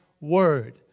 word